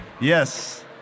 Yes